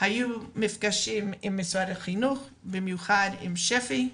היו מפגשים עם משרד החינוך, במיוחד עם שפ"י,